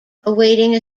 awaiting